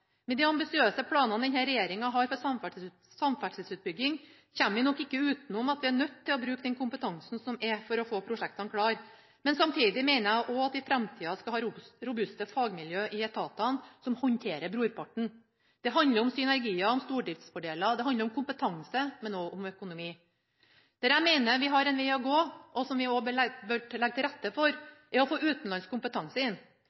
Med de ambisiøse planene denne regjeringa har for samferdselsutbygging, kommer vi nok ikke utenom at vi er nødt til å bruke den kompetansen som finnes for å få prosjektene klare. Men samtidig mener jeg også at vi i framtida skal ha robuste fagmiljøer i etatene som håndterer brorparten. Det handler om synergier, stordriftsfordeler og kompetanse, men også om økonomi. Der jeg mener vi har en vei å gå – og som vi bør legge til rette for – er å få utenlandsk kompetanse inn.